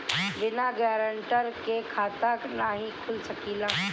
बिना गारंटर के खाता नाहीं खुल सकेला?